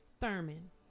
Thurman